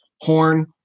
Horn